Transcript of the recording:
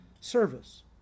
service